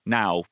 now